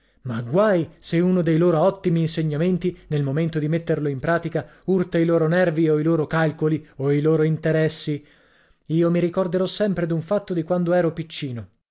ma guai se uno dei loro ottimi insegnamenti nel momento di metterlo in pratica urta i loro nervi o i loro calcoli o i loro interessi io mi ricorderò sempre d'un fatto di quando ero piccino